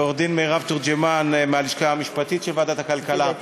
לעורכת-דין מירב תורג'מן מהלשכה המשפטית של ועדת הכלכלה.